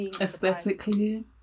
Aesthetically